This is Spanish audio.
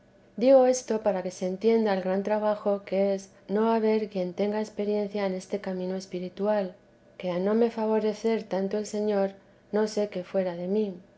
digo esto para que se entienda el gran trabajo que es no haber quien tenga experiencia en este camino espiritual que a no me favorecer tanto el señor no sé qué fuera de mí